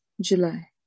July